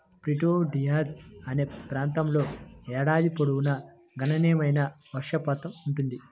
Prieto Diaz అనే ప్రాంతంలో ఏడాది పొడవునా గణనీయమైన వర్షపాతం ఉంటుంది